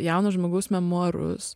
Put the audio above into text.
jauno žmogaus memuarus